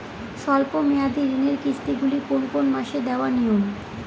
স্বল্প মেয়াদি ঋণের কিস্তি গুলি কোন কোন মাসে দেওয়া নিয়ম?